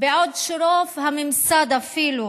בעוד רוב הממסד אפילו